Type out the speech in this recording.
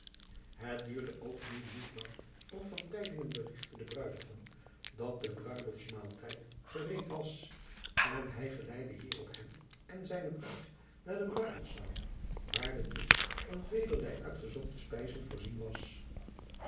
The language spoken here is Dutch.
et duurde ook nu niet lang of berigtte den ruidegom dat de ruilostsmaaltijd gereed was en hij geleidde hierop hem en zijne ruid naar de ruilostszaal waar de disch van velerleije uitgezochte spijzen voorzien was